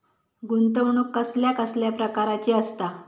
गुंतवणूक कसल्या कसल्या प्रकाराची असता?